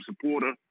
supporter